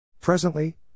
Presently